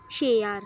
छे ज्हार